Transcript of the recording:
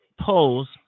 polls